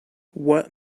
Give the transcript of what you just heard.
what